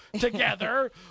together